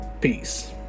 Peace